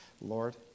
Lord